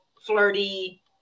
flirty